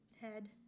head